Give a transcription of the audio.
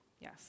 Yes